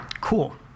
Cool